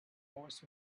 horse